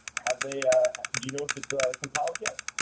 have they do you know if it's compiled yet?